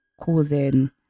causing